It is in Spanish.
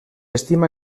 estima